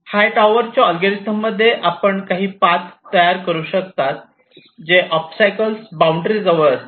हायटावरच्या अल्गोरिदममध्ये आपण काही पाथ तयार करु शकता जे ओबस्टॅकल्स बाउंड्री जवळ असतात